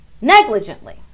negligently